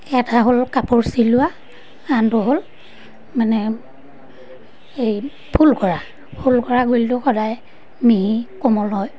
এটা হ'ল কাপোৰ চিলোৱা আনটো হ'ল মানে এই ফুল কৰা ফুল কৰা গুলিটো সদায় মিহি কোমল হয়